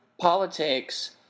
politics